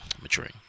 maturing